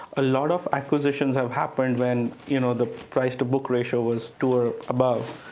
a lot of acquisitions have happened when you know the price to book ratio was two or above.